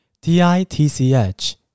D-I-T-C-H